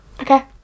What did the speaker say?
Okay